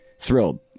Thrilled